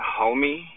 homie